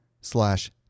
slash